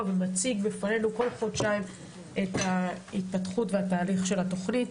ומציג בפנינו כל חודשיים את ההתפתחות והתהליך של התוכנית.